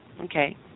okay